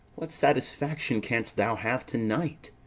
what satisfaction canst thou have to-night?